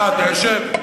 אה, אתה יושב.